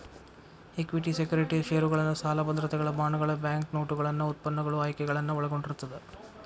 equity securities ಷೇರುಗಳನ್ನ ಸಾಲ ಭದ್ರತೆಗಳ ಬಾಂಡ್ಗಳ ಬ್ಯಾಂಕ್ನೋಟುಗಳನ್ನ ಉತ್ಪನ್ನಗಳು ಆಯ್ಕೆಗಳನ್ನ ಒಳಗೊಂಡಿರ್ತದ